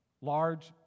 large